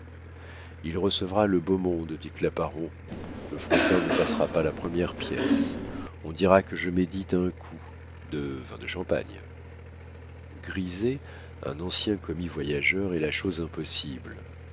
il recevra le beau monde dit claparon le fretin ne passera pas la première pièce on dira que je médite un coup de vin de champagne griser un ancien commis-voyageur est la chose impossible